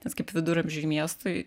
nes kaip viduramžiui miestui